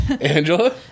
Angela